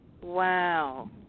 wow